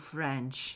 French